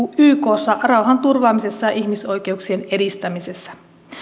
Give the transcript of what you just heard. ykssa rauhanturvaamisessa ja ihmisoikeuksien edistämisessä